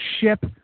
ship